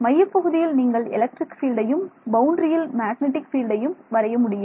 மையப் பகுதியில் நீங்கள் எலக்ட்ரிக் பீல்டையும் பவுண்டரியில் மேக்னடிக் ஃபீல்டையும் வரையறுக்க முடியும்